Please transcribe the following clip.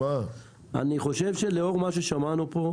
אני חושב שלאור מה ששמענו פה,